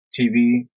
TV